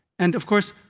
and of course,